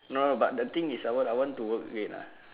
no no but the thing is I want I want to work again lah